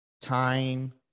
time